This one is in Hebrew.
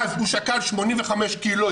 אז הוא שקל 85 קילו,